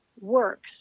works